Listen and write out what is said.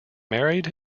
married